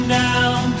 down